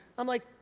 i'm like,